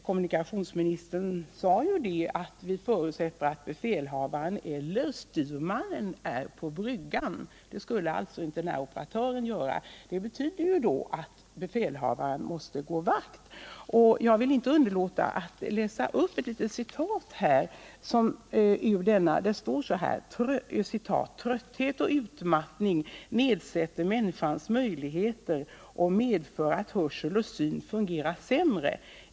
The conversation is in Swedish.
Kommunikationsministern sade att det förutsätts att befälhavaren eller styrman och alltså inte operatören är på bryggan. Det betyder att befälhavaren "måste gå vakt. Jag vill här inte underlåta att läsa upp ett stycke ur rapporten: ”Trötthet och utmattning nedsätter människans möjligheter och med för att hörsel och syn fungerar sämre.